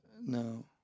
No